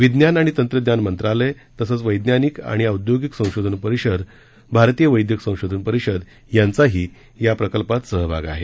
विज्ञान आणि तंत्रज्ञान मंत्रालय तसंच वैज्ञानिक आणि औद्योगिक संशोधन परिषद भारतीय वैद्यक संशोधन परिषद यांचाही या प्रकल्पात सहभाग आहे